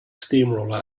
steamroller